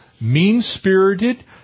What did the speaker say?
mean-spirited